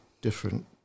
different